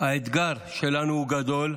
האתגר שלנו גדול.